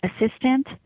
assistant